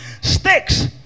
Sticks